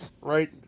right